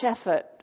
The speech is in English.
effort